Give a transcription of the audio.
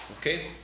Okay